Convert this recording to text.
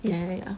ya ya ya